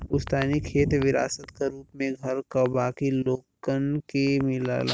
पुस्तैनी खेत विरासत क रूप में घर क बाकी लोगन के मिलेला